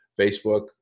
Facebook